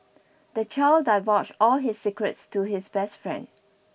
the child divulged all his secrets to his best friend